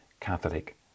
Catholic